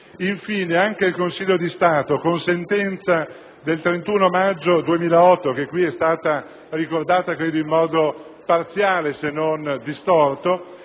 Infine, anche il Consiglio di Stato, con sentenza del 31 maggio 2008, che qui è stata ricordata in modo parziale se non distorto,